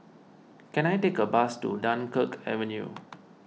can I take a bus to Dunkirk Avenue